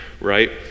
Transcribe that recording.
right